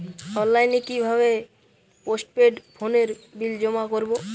অনলাইনে কি ভাবে পোস্টপেড ফোনের বিল জমা করব?